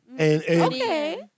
okay